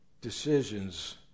decisions